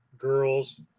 girls